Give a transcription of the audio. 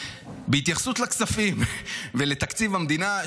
בהתייחסות לכספים ולתקציב המדינה,